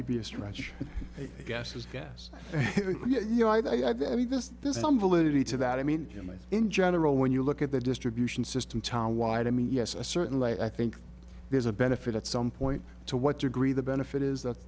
maybe a stretch of gas was gas but you know i mean there's there's some validity to that i mean in general when you look at the distribution system town wide i mean yes i certainly i think there's a benefit at some point to what degree the benefit is that